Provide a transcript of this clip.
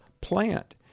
plant